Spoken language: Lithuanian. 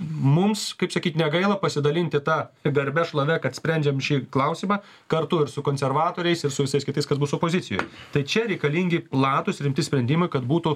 mums kaip sakyt negaila pasidalinti ta garbe šlove kad sprendžiam šį klausimą kartu ir su konservatoriais ir su visais kitais kas bus opozicijoj tai čia reikalingi platūs rimti sprendimai kad būtų